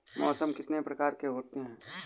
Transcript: मौसम कितनी प्रकार के होते हैं?